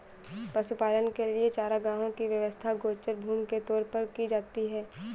पशुपालन के लिए चारागाहों की व्यवस्था गोचर भूमि के तौर पर की जाती है